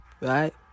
right